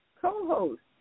co-host